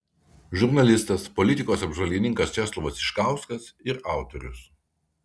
žurnalistas politikos apžvalgininkas česlovas iškauskas ir autorius